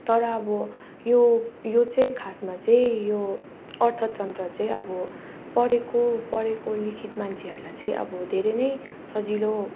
तर अब यो यो चाहिँ खासमा चाहिँ यो अर्थतन्त्र चाहिँ अब पढेको पढेको लिखित मानछेहरूलाई चाहिँ अब धेरै नै सजिलो